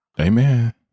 amen